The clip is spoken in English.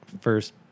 first